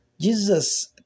Jesus